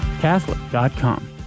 Catholic.com